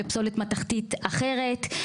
ופסולת מתכתית אחרת.